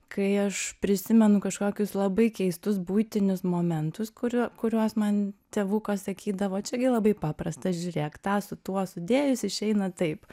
kai aš prisimenu kažkokius labai keistus buitinius momentus kuriuo kuriuos man tėvukas sakydavo čia gi labai paprasta žiūrėk tą su tuo sudėjus išeina taip